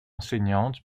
enseignante